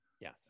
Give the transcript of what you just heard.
Yes